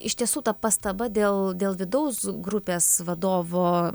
iš tiesų ta pastaba dėl dėl vidaus grupės vadovo